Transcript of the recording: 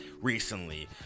recently